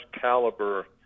caliber